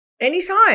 Anytime